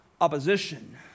opposition